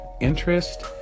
interest